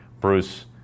Bruce